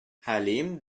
хәлим